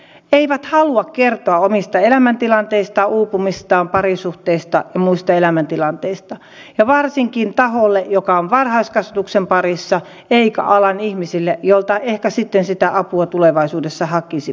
he eivät halua kertoa omista elämäntilanteistaan uupumisistaan parisuhteistaan ja muista elämäntilanteistaan ja varsinkaan taholle joka on varhaiskasvatuksen parissa ja alan ihmisille joilta ehkä sitten sitä apua tulevaisuudessa hakisivat